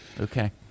Okay